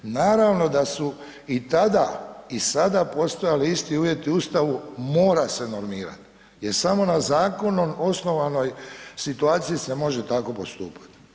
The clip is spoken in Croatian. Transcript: Naravno da su i tada i sada postojali isti uvjeti u Ustavu mora se normirati jer samo na Zakonom osnovanoj situaciji se može tako postupati.